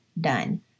done